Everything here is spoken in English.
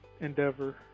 endeavor